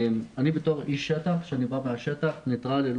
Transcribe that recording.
בתור איש שטח נטרלי,